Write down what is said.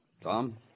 Tom